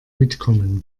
mitkommen